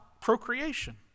procreation